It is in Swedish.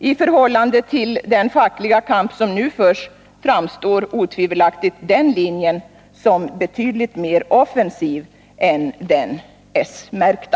I förhållande till den fackliga kamp som nu förs framstår otvivelaktigt den linjen som betydligt mera offensiv än den s-märkta.